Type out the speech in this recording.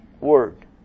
word